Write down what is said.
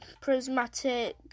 prismatic